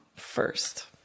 first